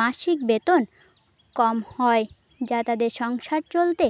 মাসিক বেতন কম হয় যা তাদের সংসার চলতে